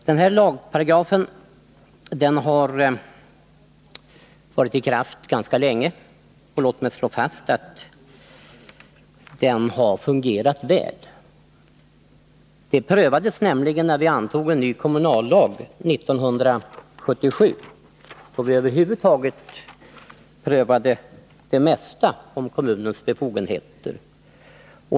Den här lagparagrafen har varit i kraft ganska länge, och låt mig slå fast att den har fungerat väl. Den prövades nämligen när vi antog en ny kommunallag 1977, då vi prövade det mesta som gäller kommunernas befogenheter.